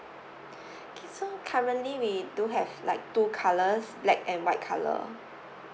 okay so currently we do have like two colours black and white colour